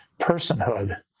personhood